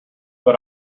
but